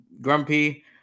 grumpy